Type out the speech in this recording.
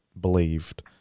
believed